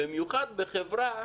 במיוחד בחברה